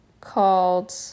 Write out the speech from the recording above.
called